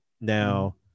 Now